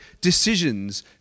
decisions